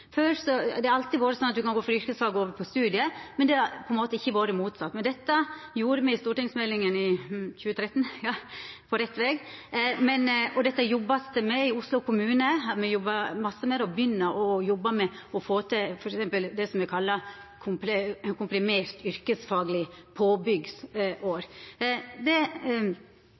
Det har alltid vore sånn at ein kan gå frå yrkesfag og over til studiespesialisering, men det har ikkje vore motsett. Men dette gjorde me i stortingsmeldinga i 2013, På rett vei, og dette jobbar ein med i Oslo kommune. Me jobbar masse med det og begynner å få til f.eks. det som er kalla komprimert yrkesfagleg påbyggingsår. Det